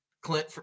Clint